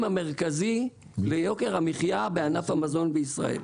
המרכזי ליוקר המחיה בענף המזון בישראל.